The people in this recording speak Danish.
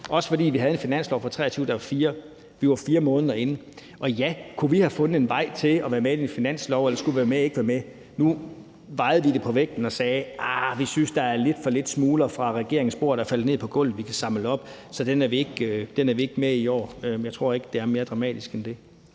også fordi vi havde en finanslov for 2023, da vi var 4 måneder inde. Kunne vi have fundet en vej til at være med i en finanslov, altså skulle vi være med eller ikke være med? Nu vejede vi det på vægten og sagde: Arh, vi synes, der er faldet lidt for få smuler fra regeringens bord ned på gulvet, som vi kan samle op, så den er vi ikke med i i år. Jeg tror ikke, det er mere dramatisk end det.